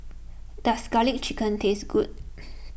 does Garlic Chicken taste good